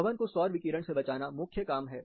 भवन को सौर विकिरण से बचाना मुख्य काम है